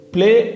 Play